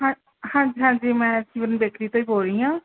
ਹਾਂ ਹਾਂਜੀ ਹਾਂਜੀ ਮੈਂ ਬੇਕਰੀ ਤੋਂ ਹੀ ਬੋਲ ਰਹੀ ਹਾਂ